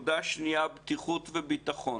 3. בטיחות וביטחון